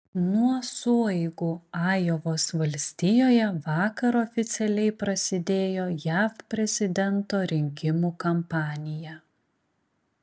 nuo sueigų ajovos valstijoje vakar oficialiai prasidėjo jav prezidento rinkimų kampanija